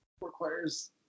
requires